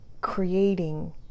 creating